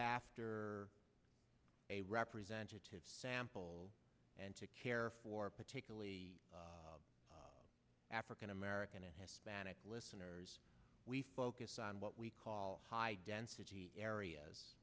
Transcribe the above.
after a representative sample and to care for particularly african american or hispanic listeners we focus on what we call high density areas